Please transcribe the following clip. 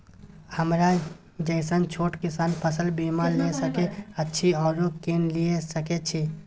हमरा जैसन छोट किसान फसल बीमा ले सके अछि आरो केना लिए सके छी?